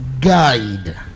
Guide